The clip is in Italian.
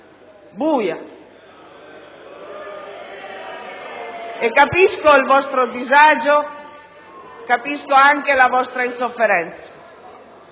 PdL)*. Capisco il vostro disagio. Capisco anche la vostra insofferenza.